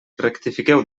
rectifiqueu